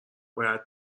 باید